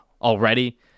already